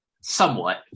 somewhat